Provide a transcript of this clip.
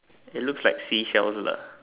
it looks like seashells lah